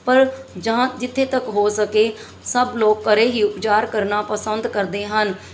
ਪਰ ਜਾਂ ਜਿੱਥੋਂ ਤੱਕ ਹੋ ਸਕੇ ਸਭ ਲੋਕ ਘਰੇ ਹੀ ਉਪਚਾਰ ਕਰਨਾ ਪਸੰਦ ਕਰਦੇ ਹਨ